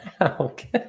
Okay